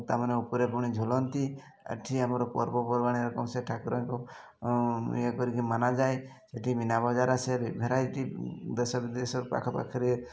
ତା'ମାନେ ଉପରେ ପୁଣି ଝୁଲନ୍ତି ଏଠି ଆମର ପର୍ବପର୍ବାଣି ରକମ ସେ ଠାକୁରଙ୍କୁ ଇଏ କରିକି ମାନାଯାଏ ସେଠି ମିନାବଜାର ଆସେ ଭେରାଇଟି ଦେଶ ବିଦେଶର ପାଖପାଖରେ